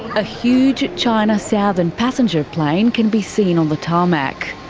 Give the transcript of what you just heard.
a huge china southern passenger plane can be seen on the tarmac.